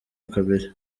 kabiri